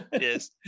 Yes